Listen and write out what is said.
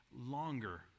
longer